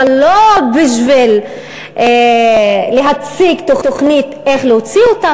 אבל לא בשביל להציג תוכנית איך להוציא אותם